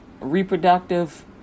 reproductive